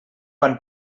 fan